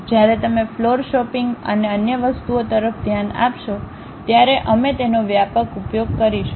જ્યારે તમે floor shopping અને અન્ય વસ્તુઓ તરફ ધ્યાન આપશો ત્યારે અમે તેનો વ્યાપક ઉપયોગ કરીશું